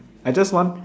I just want